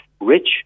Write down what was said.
Rich